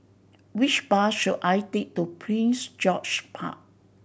which bus should I take to Prince George's Park